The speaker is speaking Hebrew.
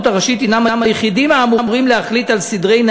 הראשית הנם היחידים האמורים להחליט על סדרי,